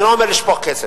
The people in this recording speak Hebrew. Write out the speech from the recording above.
אני לא אומר לשפוך כסף,